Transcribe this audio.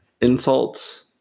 insult